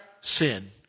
sin